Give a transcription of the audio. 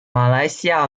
马来西亚